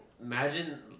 imagine